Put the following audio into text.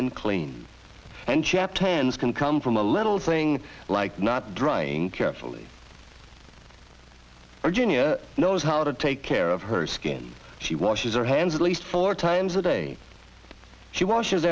and clean and chapped hands can come from a little thing like not drying carefully or genius knows how to take care of her skin she washes their hands at least four times a day she washes